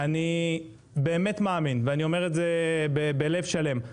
אני באמת מאמין ואומר בלב שלם,